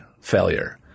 failure